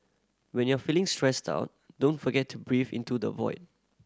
when you are feeling stressed out don't forget to breathe into the void